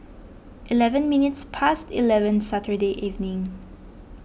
eleven minutes past eleven Saturday evening